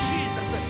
Jesus